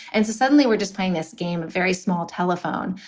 and so suddenly we're just playing this game. very small telephone.